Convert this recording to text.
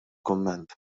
kumment